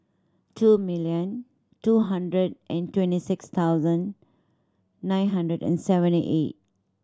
two million two hundred and twenty six thousand nine hundred and seventy eight